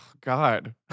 God